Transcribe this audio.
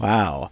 Wow